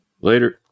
Later